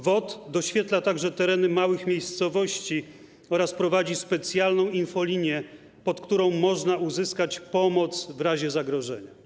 WOT doświetla także tereny małych miejscowości oraz prowadzi specjalną infolinię, za pomocą której można uzyskać pomoc w razie zagrożenia.